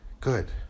Good